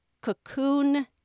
Cocoon